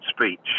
speech